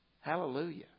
Hallelujah